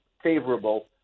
favorable